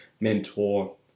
mentor